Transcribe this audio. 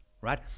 right